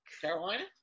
Carolina